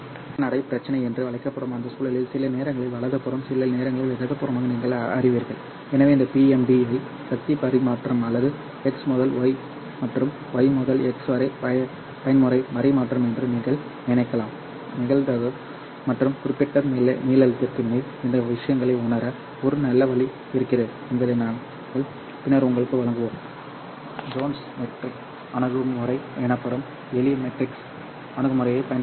சீரற்ற நடை பிரச்சனை என்று அழைக்கப்படும் அந்த சூழலில் சில நேரங்களில் வலதுபுறம் சில நேரங்களில் இடதுபுறமாக நீங்கள் அறிவீர்கள் எனவே இந்த PMD ஐ சக்தி பரிமாற்றம் அல்லது x முதல் y மற்றும் y முதல் x வரை பயன்முறை பரிமாற்றம் என்று நீங்கள் நினைக்கலாம் நிகழ்தகவு மற்றும் குறிப்பிட்ட நீளத்திற்கு மேல் இந்த விஷயங்களை உணர ஒரு நல்ல வழி இருக்கிறது என்பதை நாங்கள் பின்னர் உங்களுக்கு வழங்குவோம் ஜோன்ஸ் மேட்ரிக்ஸ் அணுகுமுறை எனப்படும் எளிய மேட்ரிக்ஸ் அணுகுமுறையைப் பயன்படுத்துங்கள்